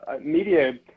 media